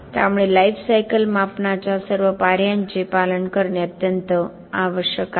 त्यामुळे life cycle मापनाच्या सर्व पायऱ्यांचे पालन करणे अत्यंत आवश्यक आहे